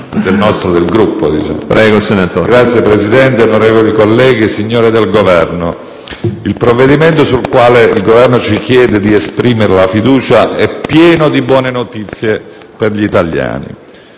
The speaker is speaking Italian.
Signor Presidente, onorevoli colleghi, signori del Governo, il provvedimento sul quale il Governo ci chiede di esprimere la fiducia è pieno di buone notizie per gli italiani.